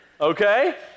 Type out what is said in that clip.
okay